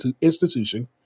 institution